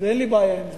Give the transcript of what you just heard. ואין לי בעיה עם זה.